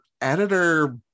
editor